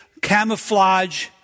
camouflage